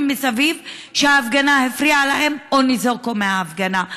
מסביב שההפגנה הפריעה להם או שהם ניזוקו מההפגנה.